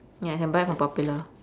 ya you can buy from popular